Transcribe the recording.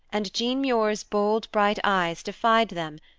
and jean muir's bold, bright eyes defied them,